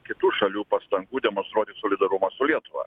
kitų šalių pastangų demonstruoti solidarumą su lietuva